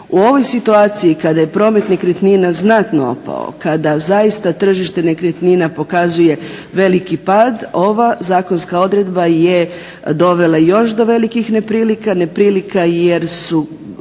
U ovoj situaciji kada je promet nekretnina znatno opao, kada zaista tržište nekretnina pokazuje veliki pad ova zakonska odredba je dovela još do velikih neprilika, neprilika jer su